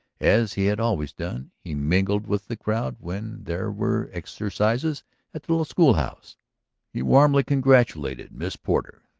as he had always done he mingled with the crowd when there were exercises at the little schoolhouse he warmly congratulated miss porter,